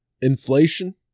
Inflation